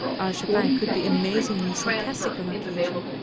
our chopin could be amazingly sarcastic on occasion.